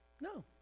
No